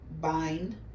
bind